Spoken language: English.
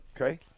okay